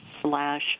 slash